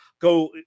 go